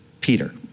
Peter